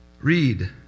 read